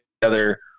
together